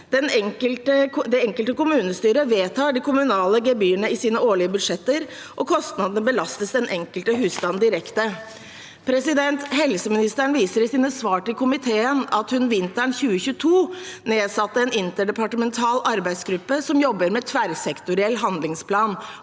Det enkelte kommunestyret vedtar de kommunale gebyrene i sine årlige budsjetter, og kostnadene belastes den enkelte husstand direkte. Helseministeren viser i sine svar til komiteen til at hun vinteren 2022 nedsatte en interdepartemental arbeidsgruppe som jobber med en tverrsektoriell handlingsplan,